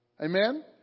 Amen